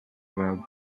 were